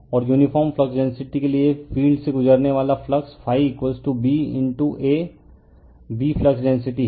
और uniform flux density के लिए फील्ड से गुजरने वाला flux B A B flux density है